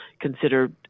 consider